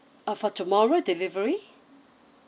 uh for tomorrow delivery